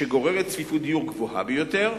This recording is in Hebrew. שגוררת צפיפות דיור גבוהה ביותר.